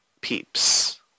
peeps